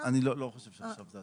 לא, אני לא חושב שעכשיו זה הזמן.